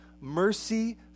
mercy